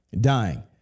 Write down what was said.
dying